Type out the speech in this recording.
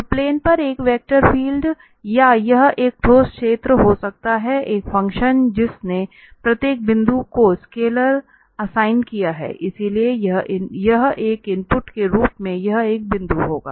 तो प्लेन पर एक वेक्टर फील्ड या यह एक ठोस क्षेत्र हो सकता है एक फंक्शन जिसने प्रत्येक बिंदु को स्केलर असाइन किया है इसलिए एक इनपुट के रूप में यह एक बिंदु होगा